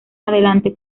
adelante